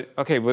ah okay? but